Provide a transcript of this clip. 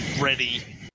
ready